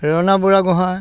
প্ৰেৰণা বুঢ়াগোহাঁই